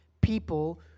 people